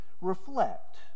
reflect